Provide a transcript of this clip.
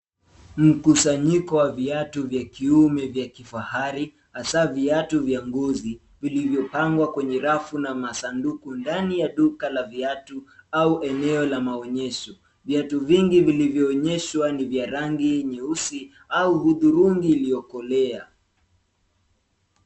Mkusanyiko wa viatu vya kiume vya kifahari, hasa viatu vya ngozi vilivyopangwa kwenye rafu, na masanduku ndani ya duka la viatu ,au eneo la maonyesho. Viatu vingi vilivyo onyeshwa ni vya rangi nyeusi, au hudhurungi iliyokolea.